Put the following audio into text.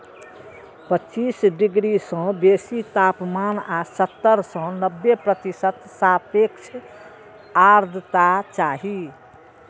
पच्चीस डिग्री सं बेसी तापमान आ सत्तर सं नब्बे प्रतिशत सापेक्ष आर्द्रता चाही